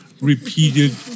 repeated